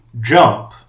jump